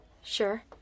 Sure